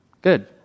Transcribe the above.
Good